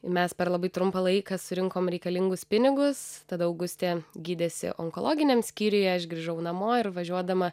mes per labai trumpą laiką surinkom reikalingus pinigus tad augustė gydėsi onkologiniam skyriuje aš grįžau namo ir važiuodama